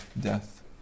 death